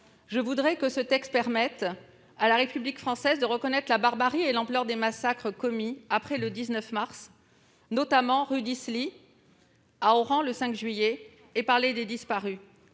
Je souhaiterais que ce texte permette à la République française de reconnaître la barbarie et l'ampleur des massacres commis après le 19 mars, notamment ceux de la rue d'Isly ou ceux d'Oran, le 5 juillet, et de parler des disparus